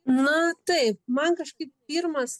na taip man kažkaip pirmas